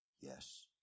yes